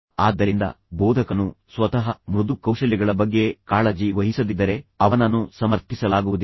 ಆದ್ದರಿಂದ ಬೋಧಕನು ಸ್ವತಃ ಮೃದು ಕೌಶಲ್ಯಗಳ ಬಗ್ಗೆ ಕಾಳಜಿ ವಹಿಸದಿದ್ದರೆ ಅವನನ್ನು ಸಮರ್ಥಿಸಲಾಗುವುದಿಲ್ಲ